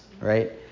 right